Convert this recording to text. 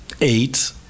eight